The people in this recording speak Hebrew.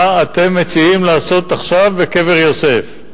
מה אתם מציעים לעשות עכשיו בקבר יוסף.